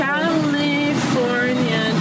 California